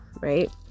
right